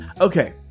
Okay